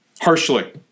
Harshly